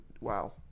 wow